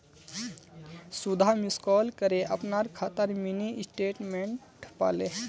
सुधा miss call करे अपनार खातार मिनी स्टेटमेंट पाले